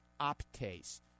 Optase